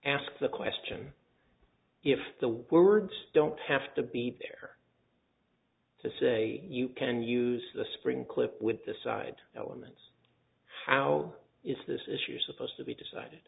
ask the question if the words don't have to be there to say you can use the spring clip with the side elements how is this issue supposed to be decided